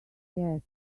yet